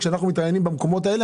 כשאנחנו מתראיינים במקומות האלה,